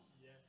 Yes